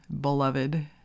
beloved